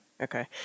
okay